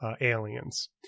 aliens